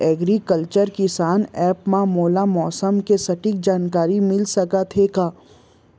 Agriculture Kisan app मा मोला मौसम के सटीक जानकारी मिलिस सकत हे का?